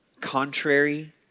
contrary